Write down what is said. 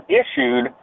issued